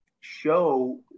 show –